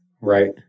Right